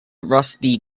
rusty